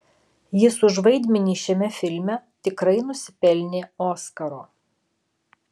jis už vaidmenį šiame filme tikrai nusipelnė oskaro